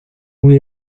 muy